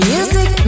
Music